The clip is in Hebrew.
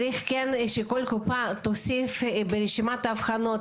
כל קופה צריכה להוסיף ברשימת האבחנות